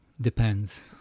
Depends